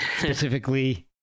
specifically